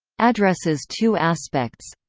addresses two aspects